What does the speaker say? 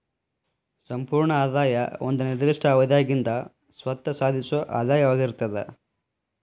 ಸಂಪೂರ್ಣ ಆದಾಯ ಒಂದ ನಿರ್ದಿಷ್ಟ ಅವಧ್ಯಾಗಿಂದ್ ಸ್ವತ್ತ ಸಾಧಿಸೊ ಆದಾಯವಾಗಿರ್ತದ